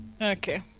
Okay